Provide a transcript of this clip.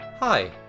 Hi